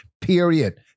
Period